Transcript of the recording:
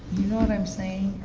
know what i'm saying,